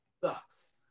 sucks